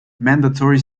mandatory